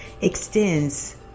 extends